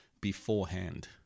beforehand